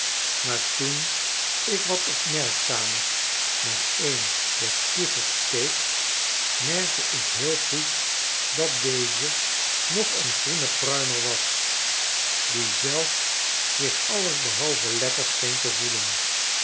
maar toen ik wat opmerkzamer naar een der spugers keek merkte ik heel goed dat deze nog een groene pruimer was die zelf zich alles behalve lekker scheen te voelen